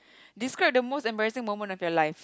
describe the most embarrassing moment of your life